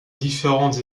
différentes